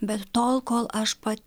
bet tol kol aš pat